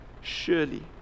Surely